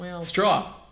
Straw